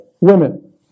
women